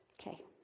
Okay